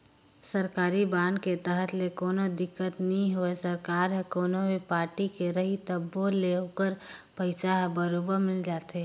सरकारी बांड के रहत ले कोनो दिक्कत नई होवे सरकार हर कोनो भी पारटी के रही तभो ले ओखर पइसा हर बरोबर मिल जाथे